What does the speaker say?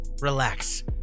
Relax